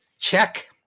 check